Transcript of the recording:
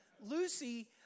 Lucy